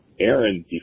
Aaron